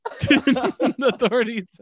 authorities